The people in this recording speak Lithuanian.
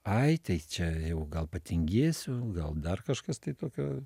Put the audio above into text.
ai tai čia jau gal patingėsiu gal dar kažkas tai tokio